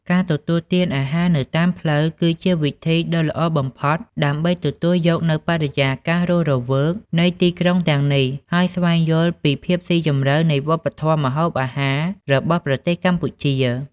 ការទទួលទានអាហារនៅតាមផ្លូវ គឺជាវិធីដ៏ល្អបំផុតដើម្បីទទួលយកនូវបរិយាកាសរស់រវើកនៃទីក្រុងទាំងនេះ ហើយស្វែងយល់ពីភាពស៊ីជម្រៅនៃវប្បធម៌ម្ហូបអាហាររបស់ប្រទេសកម្ពុជា។